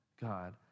God